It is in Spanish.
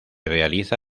realiza